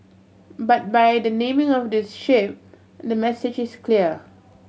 but by the naming of this ship the message is clear